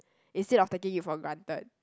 instead of taking it for granted